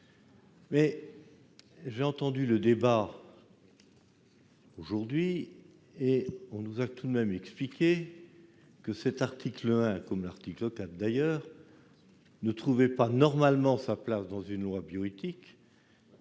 aussi entendu le débat aujourd'hui, et l'on nous a tout de même expliqué que cet article 1, comme l'article 4 d'ailleurs, avait normalement sa place non pas dans une loi de bioéthique,